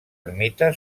ermita